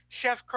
Chef